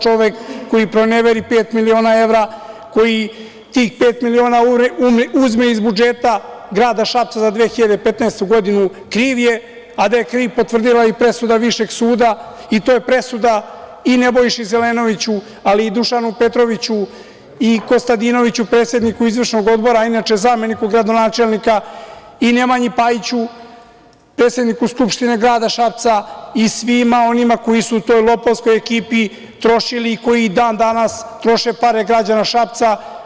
Čovek koji proneveri pet miliona evra, koji tih pet miliona uzme iz budžeta grada Šapca za 2015. godinu, kriv je, a da je kriv potvrdila je i presuda Višeg suda i to je presuda i Nebojši Zelenoviću, ali i Dušanu Petroviću i Kostadinoviću, predsedniku izvršnog odbora, inače zameniku gradonačelnika i Nemanji Pajiću, predsedniku Skupštine grada Šapca i svima onima koji su toj lopovskoj ekipi trošili, koji i dan danas troše pare građana Šapca.